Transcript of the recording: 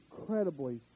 incredibly